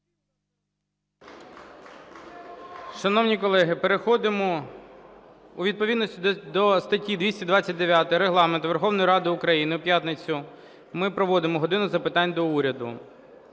Шановні колеги, переходимо… Відповідно до статті 229 Регламенту Верховної Ради України у п'ятницю ми проводимо "годину запитань до Уряду".